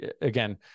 again